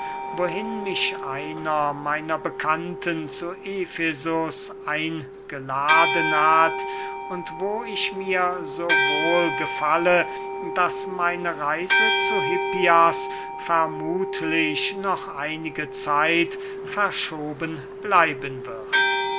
wohin mich einer meiner bekannten zu efesus eingeladen hat und wo ich mir so wohl gefalle daß meine reise zu hippias vermuthlich noch einige zeit verschoben bleiben wird